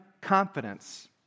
confidence